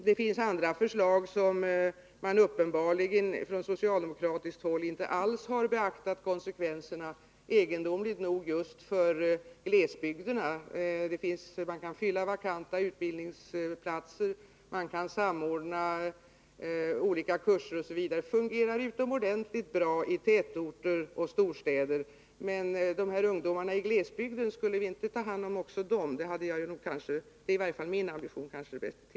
Det finns andra förslag, som man uppenbarligen från socialdemokratiskt håll inte alls har beaktat konsekvenserna av. Det gäller egendomligt nog just glesbygderna. Man kan fylla vakanta utbildningsplatser, och man kan samordna olika kurser osv. Det fungerar utomordentligt bra i tätorter och stora städer. Men ungdomarna i glesbygderna — skall vi inte ta hand om dem också? Det är kanske bäst att tillägga att det i varje fall är min ambition.